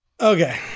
Okay